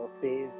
phase